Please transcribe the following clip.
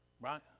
right